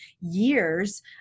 years